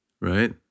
Right